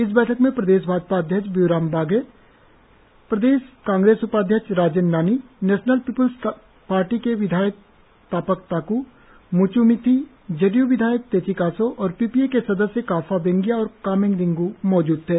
इस बैठक में प्रदेश भाजपा अध्यक्ष बियुराम वाघे प्रदेश कांग्रेस उपाध्याक्ष Rajen Nani National People's Party के विधायक तापक ताक् और Mutchu Mithi J D U विधायक तेची कासो और पी पी ए के सदस्य काहफा बेंगिया और कामेंग रिंग् मौजूद थे